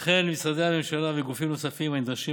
וכן משרדי הממשלה וגופים נוספים הנדרשים